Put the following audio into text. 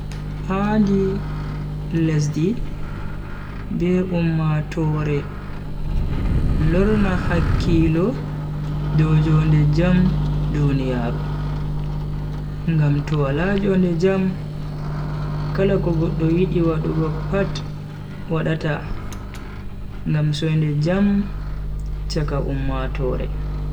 Handi lesdi be ummatoore lorna hakkilo dow jonde jam duniyaaru, ngam to wala jonde jam, kala ko goddo yidi wadugo pat wadata ngam soinde jonde jam chaka ummatoore.